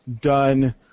done